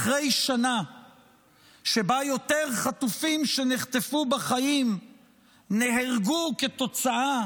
אחרי שנה שבה יותר חטופים שנחטפו בחיים נהרגו כתוצאה,